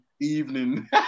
evening